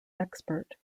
expert